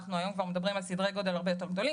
והיום אנחנו כבר מדברים על סדרי גודל הרבה יותר גדולים